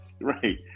Right